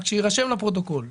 רק שיירשם בפרוטוקול,